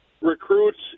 recruits